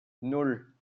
nan